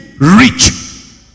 rich